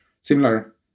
similar